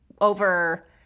over